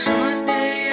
Sunday